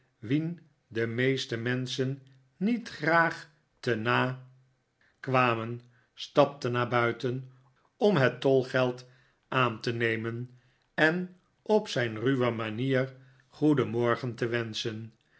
en ben paar schalksche blauwe oogen a an kwamen staple naar buiten om het tolgeld aan te nemen en op zijn ruwe manier goedenmorgen te wenschen